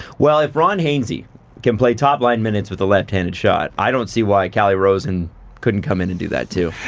well, if ron hainsey can play top line minutes with a left-handed shot, i don't see why calle rosen couldn't come in and do that too.